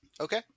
Okay